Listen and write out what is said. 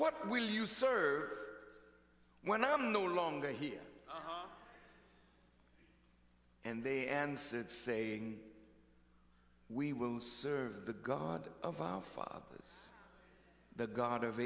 what will you serve when i am no longer here and they answered saying we will serve the god of our fathers the god of